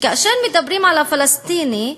כאשר מדבר על הפלסטיני,